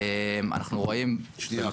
בשיח